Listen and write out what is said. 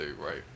Right